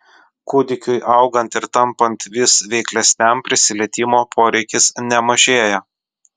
kūdikiui augant ir tampant vis veiklesniam prisilietimo poreikis nemažėja